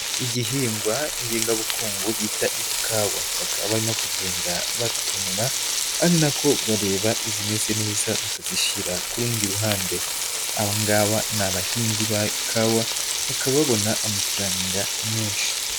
Igihingwa ngengabukungu bita ikawa, bakaba barimo kugenda batonora, ari na ko bareba izimeze neza bakazishyira ku rundi ruhande, aba ngaba ni abahinzi ba kawa, bakaba babona amafaranga menshi.